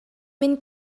мин